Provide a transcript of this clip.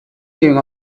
giving